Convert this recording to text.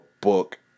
book